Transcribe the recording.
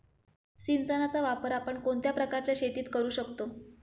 सिंचनाचा वापर आपण कोणत्या प्रकारच्या शेतीत करू शकतो?